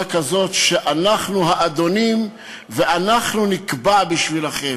כזאת שאנחנו האדונים ואנחנו נקבע בשבילכם.